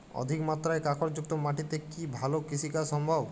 অধিকমাত্রায় কাঁকরযুক্ত মাটিতে কি ভালো কৃষিকাজ সম্ভব?